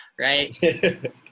right